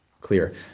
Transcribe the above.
clear